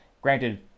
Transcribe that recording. granted